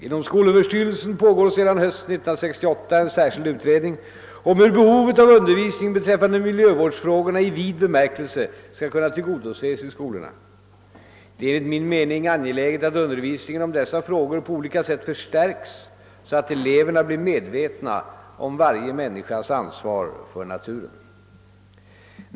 Inom skolöverstyrelsen pågår sedan hösten 1968 en särskild utredning om hur behovet av undervisning beträffande miljövårdsfrågorna i vid bemärkelse skall kunna tillgodoses i skolorna. Det är enligt min mening angeläget att undervisningen om dessa frågor på olika sätt förstärks så att eleverna blir medvetna om varje människas ansvar för naturen.